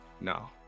No